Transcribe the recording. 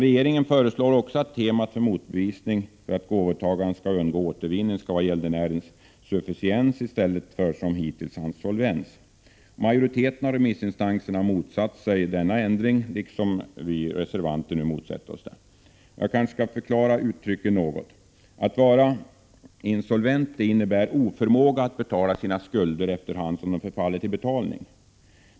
Regeringen föreslår dock också att temat för motbevisning, för att gåvotagaren skall undgå återvinning, skall vara gäldenärens sufficiens, i stället för som hittills hans solvens. Majoriteten av remissinstanserna motsätter sig denna ändring, liksom vi reservanter. Jag kanske skall förklara uttrycken något. Insolvens innebär en oförmåga att betala sina skulder efter hand som de förfaller till betalning.